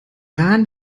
rahn